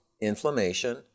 inflammation